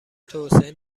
توسعه